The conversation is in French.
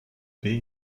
paix